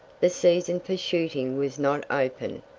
the season for shooting was not opened,